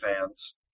fans